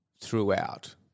throughout